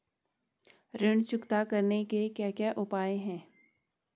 ऋण चुकता करने के क्या क्या उपाय हैं?